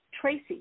Tracy